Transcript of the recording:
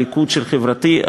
ליכוד חברתי,